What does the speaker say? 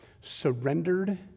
surrendered